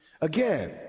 Again